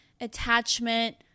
attachment